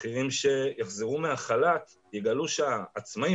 שכירים שיחזרו מהחל"ת יגלו שהעצמאים,